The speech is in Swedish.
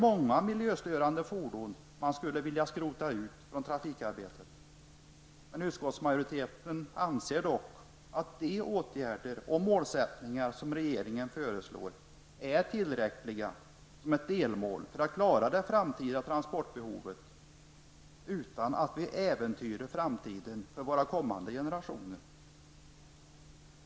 Många miljöstörande fordon skulle man vilja skrota bort från trafikarbetet. Utskottsmajoriteten anser dock att de åtgärder som regeringen föreslår är tillräckliga för att uppnå ett delmål när det gäller att klara det framtida transportbehovet utan att vi äventyrar framtiden för kommande generationer.